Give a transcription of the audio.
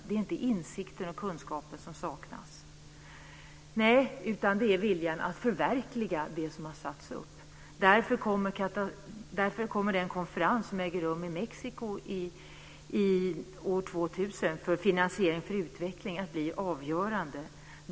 Det är inte insikten och kunskapen som saknas. Nej, det som saknas är viljan att förverkliga de mål som har satts upp. Därför kommer den konferens för finansiering och utveckling som äger rum i Mexiko att bli avgörande.